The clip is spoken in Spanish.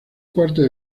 cuartos